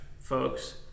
folks